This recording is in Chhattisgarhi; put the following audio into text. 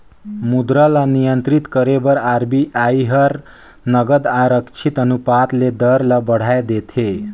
मुद्रा ल नियंत्रित करे बर आर.बी.आई हर नगद आरक्छित अनुपात ले दर ल बढ़ाए देथे